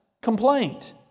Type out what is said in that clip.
complaint